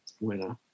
winner